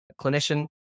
clinician